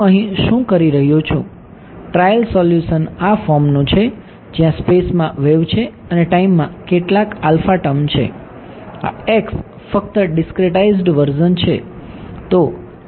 હું અહીં શું કહી રહ્યો છું ટ્રાયલ સોલ્યુશન આ ફોર્મનું છે જ્યાં સ્પેસમાં વેવ છે અને ટાઈમમાં કેટલાક આલ્ફા ટર્મ છે આ x ફક્ત ડિસ્ક્રેટાઇઝ્ડ વર્ઝન છે